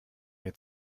mir